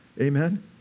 Amen